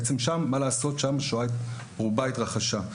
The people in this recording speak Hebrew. מה לעשות, שם רוב השואה התרחשה.